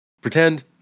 pretend